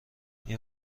این